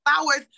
Flowers